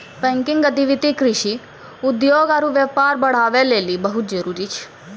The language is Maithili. बैंकिंग गतिविधि कृषि, उद्योग आरु व्यापार बढ़ाबै लेली बहुते जरुरी छै